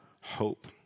hope